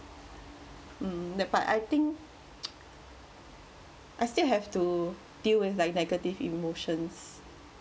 mm that part I think I still have to deal with like negative emotions